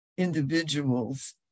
individuals